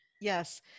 yes